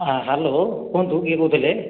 ହଁ ହ୍ୟାଲୋ କୁହନ୍ତୁ କିଏ କହୁଥିଲେ